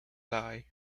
lie